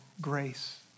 grace